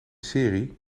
serie